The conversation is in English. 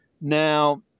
Now